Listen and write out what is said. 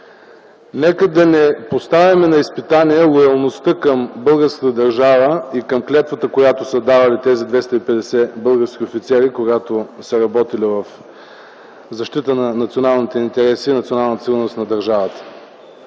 Нека да не поставяме на изпитание лоялността към българската държава и към клетвата, която са давали тези 250 български офицери, когато са работили в защита на националните интереси и националната сигурност на държавата.